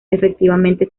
efectivamente